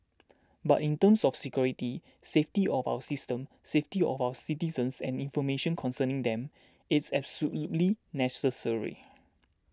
but in terms of security safety of our system safety of our citizens and information concerning them it's absolutely necessary